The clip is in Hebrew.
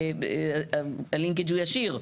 כי הלינקג' הוא ישיר,